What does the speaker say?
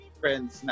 friends